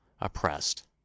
oppressed